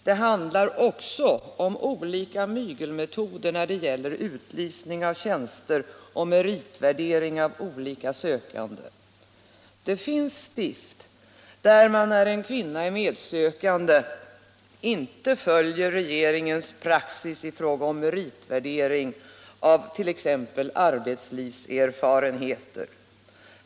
Det handlar också om olika mygelmetoder när det gäller utlysning av tjänster och meritvärdering av olika sökande. Det finns stift där man om en kvinna är medsökande inte följer regler och praxis i fråga om meritvärdering av t.ex. arbetslivserfarenhet.